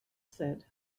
said